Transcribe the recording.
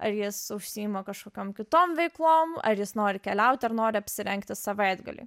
ar jis užsiima kažkokiom kitom veiklom ar jis nori keliauti ar nori apsirengti savaitgalį